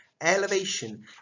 elevation